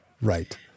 Right